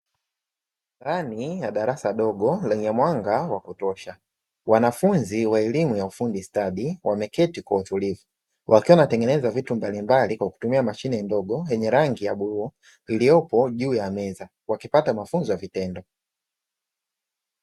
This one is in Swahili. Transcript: Ndani ya darasa dogo lenye mwanga wa kutosha. Wanafunzi wa elimu ya ufundi stadi wameketi kwa utuluivu, wakiwa wanatengeneza vitu mbalimbali kwa kutumia mashine ndogo yenye rangi ya bluu iliyopo juu ya meza, wakipata mafunzo ya vitendo.